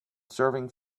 serving